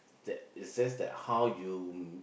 that it's just that how you